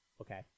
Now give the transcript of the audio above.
okay